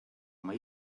oma